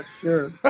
sure